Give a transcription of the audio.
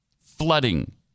flooding